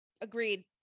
agreed